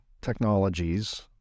technologies